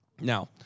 Now